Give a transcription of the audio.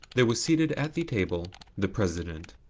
there was seated at the table the president.